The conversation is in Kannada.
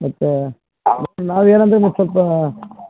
ಮತ್ತು ನಾವು ಏನಂದರೆ ಮತ್ತು ಸ್ವಲ್ಪ